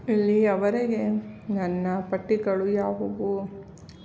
ಇಲ್ಲಿಯವರೆಗೆ ನನ್ನ ಪಟ್ಟಿಗಳು ಯಾವುವು